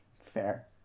Fair